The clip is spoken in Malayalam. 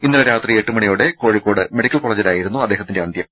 ഇന്നലെ രാത്രി എട്ടുമണിയോടെ കോഴിക്കോട്ട് മെഡിക്കൽ കോളേജിലായിരുന്നു അദ്ദേ ഹത്തിന്റെ അന്ത്യം